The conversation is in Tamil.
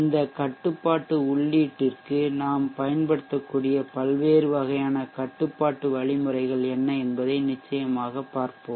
இந்த கட்டுப்பாட்டு உள்ளீட்டிற்கு நாம் பயன்படுத்தக்கூடிய பல்வேறு வகையான கட்டுப்பாட்டு வழிமுறைகள் என்ன என்பதை நிச்சயமாகப் பார்ப்போம்